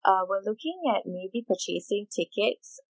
uh we're looking at maybe purchasing tickets